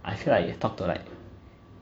I feel like you talk to like